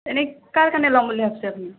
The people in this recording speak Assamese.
এনেই কাৰ কাৰণে লম বুলি ভাবছে আপুনি